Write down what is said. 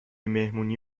مهمونی